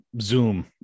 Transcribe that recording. Zoom